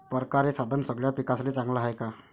परकारं हे साधन सगळ्या पिकासाठी चांगलं हाये का?